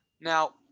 Now